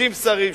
30 שרים,